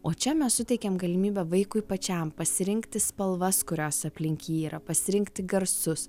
o čia mes suteikiam galimybę vaikui pačiam pasirinkti spalvas kurios aplink jį yra pasirinkti garsus